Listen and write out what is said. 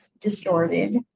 distorted